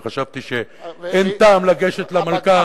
כי חשבתי שאין טעם לגשת למלכת,